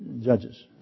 Judges